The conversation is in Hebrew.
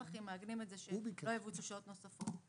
הכי מעגנים את זה שלא יבוצעו שעות נוספות.